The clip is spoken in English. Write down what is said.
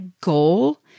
goal